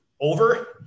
over